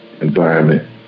environment